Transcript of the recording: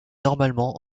normalement